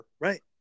Right